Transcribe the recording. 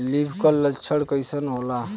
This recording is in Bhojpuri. लीफ कल लक्षण कइसन होला?